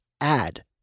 add